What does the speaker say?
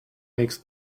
makes